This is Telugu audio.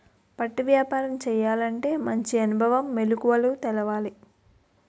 పట్టు వ్యాపారం చేయాలంటే మంచి అనుభవం, మెలకువలు తెలవాలి